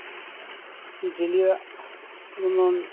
ᱡᱤᱭᱟᱹᱞᱤᱭᱟᱜ ᱡᱮᱢᱚᱱ